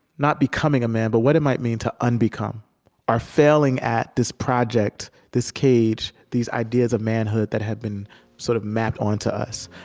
not becoming a man, but what it might mean to un-become our failing at this project, this cage, these ideas of manhood that have been sort of mapped onto us.